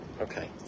Okay